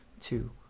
two